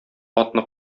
атны